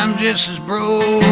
um just as broken